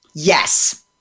yes